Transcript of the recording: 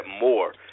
more